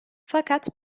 fakat